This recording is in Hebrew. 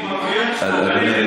אדוני,